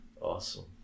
Awesome